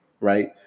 Right